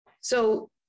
So-